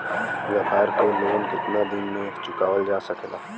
व्यापार के लोन कितना दिन मे चुकावल जा सकेला?